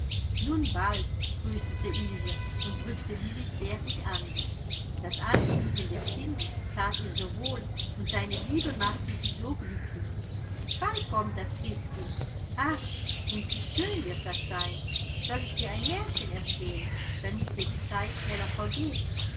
nun bald tröstete ilse und drückte lilli zärtlich an sich das anschmiegen des kindes that ihr so wohl und seine liebe machte sie so glücklich bald kommt das christkind ach und wie schön wird das sein soll ich dir ein märchen erzählen damit dir die zeit schneller